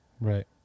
Right